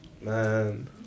Man